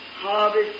harvest